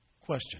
Question